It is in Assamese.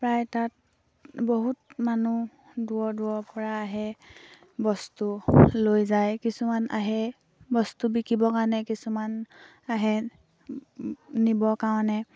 প্ৰায় তাত বহুত মানুহ দূৰৰ দূৰৰপৰা আহে বস্তু লৈ যায় কিছুমান আহে বস্তু বিকিবৰ কাৰণে কিছুমান আহে নিবৰ কাৰণে